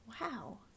Wow